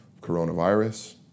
Coronavirus